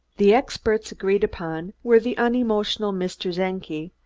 the experts agreed upon were the unemotional mr. czenki,